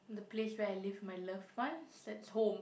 the place where I live with my loved ones that's home